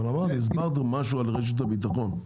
אבל אמרתי, הסברתי משהו על רשת הביטחון.